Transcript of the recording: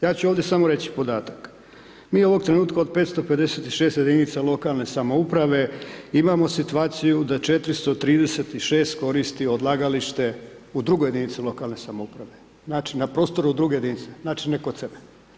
Ja ću ovdje samo reći podatak, mi ovog trenutka od 556 jedinica lokalne samouprave imamo situaciju da 436 koristi odlagalište u drugoj jedinici lokalne samouprave, znači na prostoru druge jedinice, znači, ne kod sebe.